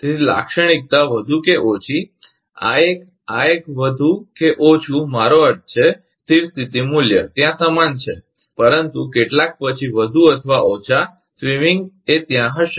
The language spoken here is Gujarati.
તેથી લાક્ષણિકતા વધુ કે ઓછી આ એક આ એક વધુ કે ઓછું મારો અર્થ છે સ્થિર સ્થિતી મૂલ્ય ત્યાં સમાન છે પરંતુ કેટલાક પછી વધુ અથવા ઓછા સ્વિંગિંગ એ ત્યાં હશે